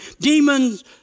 Demons